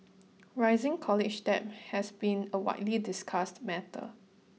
rising college debt has been a widely discussed matter